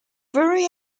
very